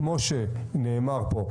כמו שנאמר פה,